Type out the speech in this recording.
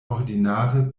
ordinare